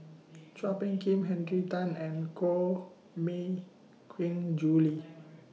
Chua Phung Kim Henry Tan and Koh Mui Queen Julie